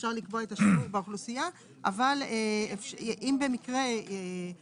אפשר לקבוע את השיעור באוכלוסייה אך אם במקרה ירצו